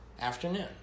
afternoon